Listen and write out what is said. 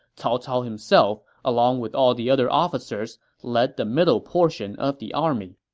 cao cao himself, along with all the other officers, led the middle portion of the army